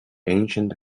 ancient